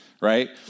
Right